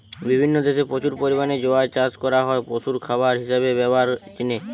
বিভিন্ন দেশে প্রচুর পরিমাণে জোয়ার চাষ করা হয় পশুর খাবার হিসাবে ব্যভারের জিনে